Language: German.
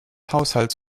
haushalts